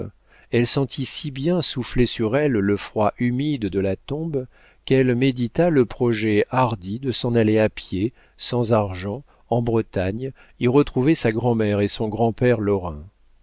elle sentit si bien souffler sur elle le froid humide de la tombe qu'elle médita le projet hardi de s'en aller à pied sans argent en bretagne y retrouver sa grand'mère et son grand-père